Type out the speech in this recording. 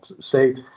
say